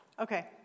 Okay